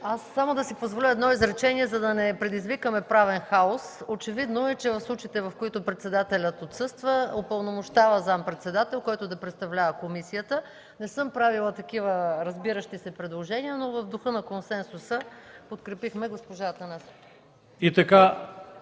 МАНОЛОВА: Ще си позволя само едно изречение, за да не предизвикаме правен хаос. Очевидно е, че в случаите, в които председателят отсъства, упълномощава заместник-председател, който да представлява комисията. Не съм правила такива разбиращи се предложения, но в духа на консенсуса подкрепихме госпожа Атанасова.